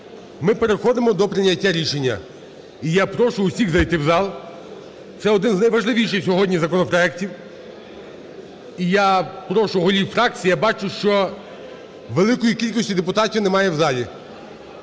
ми переходимо до прийняття рішення. І я прошу всіх зайти в зал, це один з найважливіших сьогодні законопроектів. І я прошу голів фракцій, я бачу, що великої кількості депутатів немає в залі,